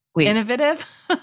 Innovative